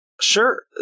Sure